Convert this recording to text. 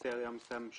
בעלי העניין כאן.